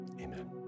amen